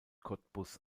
cottbus